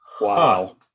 Wow